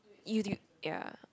YouTube ya